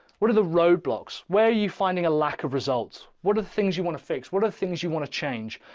what are the roadblocks? where are you finding a lack of results? what are the things you want to fix? what are the things you want to change?